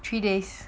three days